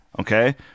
Okay